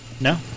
No